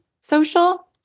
social